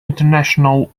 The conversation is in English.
international